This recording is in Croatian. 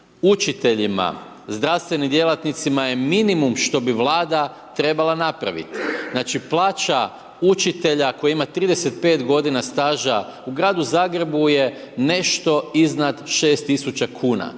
učiteljima, zdravstvenim djelatnicima je minimum što bi Vlada trebala napraviti. Znači plaća učitelja koji ima 35 godina staža u gradu Zagrebu je nešto iznad 6 tisuća kuna.